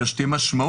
אלא שתהיה משמעות.